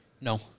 No